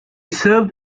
served